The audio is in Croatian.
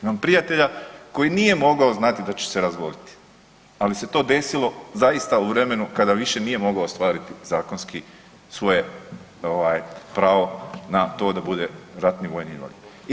Imam prijatelja koji nije mogao znati da će se razboljeti, ali se to desilo zaista u vremenu kada više nije mogao ostvariti zakonski svoje ovaj pravo na to da bude ratni vojni invalid.